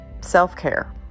self-care